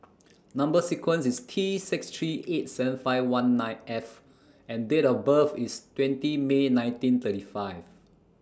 Number sequence IS T six three eight seven five one nine F and Date of birth IS twenty May nineteen thirty five